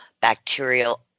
bacterial